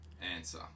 answer